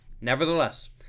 Nevertheless